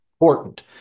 important